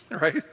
Right